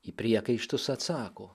į priekaištus atsako